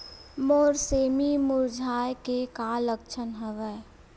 मोर सेमी मुरझाये के का लक्षण हवय?